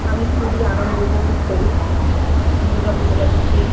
আমি খুবই আনন্দ উপভোগ করি দুর্গা পুজোটাকে খুব